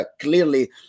clearly